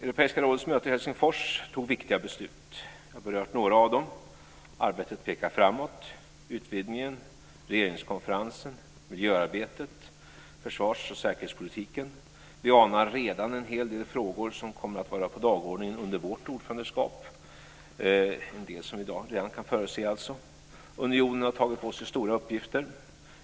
Europeiska rådets möte i Helsingfors fattade viktiga beslut. Jag har här berört några av dem. Arbetet pekar framåt när det gäller utvidgningen, regeringskonferensen, miljöarbetet, försvars och säkerhetspolitiken. Vi anar redan en hel del frågor som kommer att vara på dagordningen under vårt ordförandeskap. Det finns alltså en del som vi redan i dag kan förutse. Unionen har tagit på sig stora uppgifter.